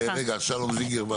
רגע, שלום זינגר.